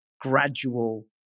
gradual